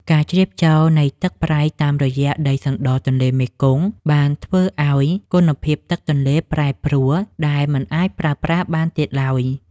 ការជ្រាបចូលនៃទឹកប្រៃតាមរយៈដីសណ្តទន្លេមេគង្គបានធ្វើឱ្យគុណភាពទឹកទន្លេប្រែប្រួលដែលមិនអាចប្រើប្រាស់បានទៀតឡើយ។